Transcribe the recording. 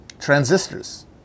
transistors